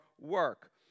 work